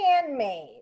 handmade